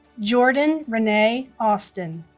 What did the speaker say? jordan renee austin